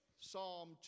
psalm